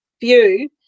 view